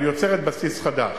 אבל היא יוצרת בסיס חדש.